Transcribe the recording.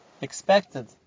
expected